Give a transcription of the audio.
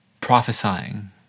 prophesying